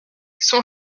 son